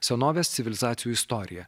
senovės civilizacijų istorija